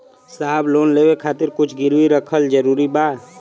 साहब लोन लेवे खातिर कुछ गिरवी रखल जरूरी बा?